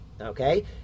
Okay